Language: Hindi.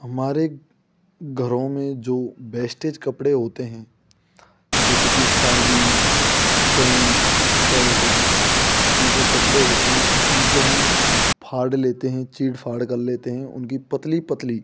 हमारे घरों में जो बेस्टेज कपड़े होते हैं जैसे कि साड़ी पेंट सल्ट यह जो कपड़े होते हैं उनको हम फाड़ लेते हैं चीड़ फाड़ कर लेते हैं उनकी पतली पतली